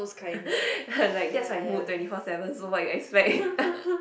I like that's my mood twenty four seven so what you expect